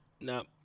Now